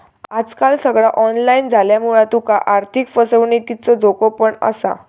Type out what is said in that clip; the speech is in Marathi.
आजकाल सगळा ऑनलाईन झाल्यामुळा तुका आर्थिक फसवणुकीचो धोको पण असा